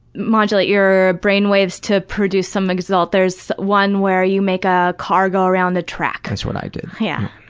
modulate your brain waves to produce some result. there's one where you make a car go around the track. that's what i did e yeah.